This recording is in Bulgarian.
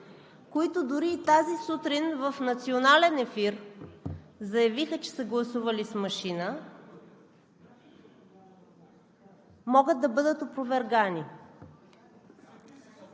които дори и тази сутрин в национален ефир заявиха, че са гласували с машина, могат да бъдат опровергани.